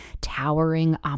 Towering